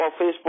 Facebook